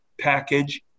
package